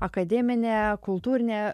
akademinė kultūrinė